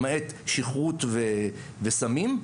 למעט שכרות וסמים.